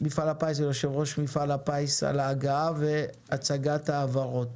ויושב-ראש מפעל הפיס על ההגעה והצגת ההבהרות.